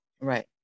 Right